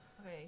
okay